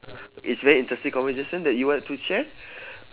it's very interesting conversation that you w~ like to share